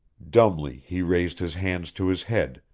dumbly he raised his hands to his head,